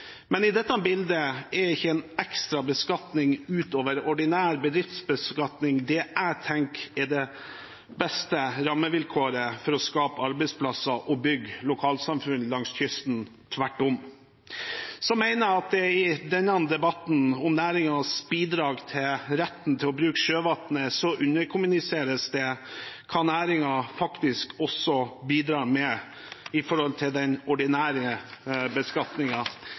Men i dette bildet er ikke en ekstra beskatning utover ordinær bedriftsbeskatning det jeg tenker er det beste rammevilkåret for å skape arbeidsplasser og bygge lokalsamfunn langs kysten – tvert om. Så mener jeg at det i denne debatten om næringens bidrag til retten til å bruke sjøvannet underkommuniseres hva næringen faktisk bidrar med til den ordinære